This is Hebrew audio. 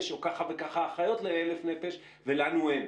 או כך וכך אחיות ל-1,000 נפשות ולנו אין.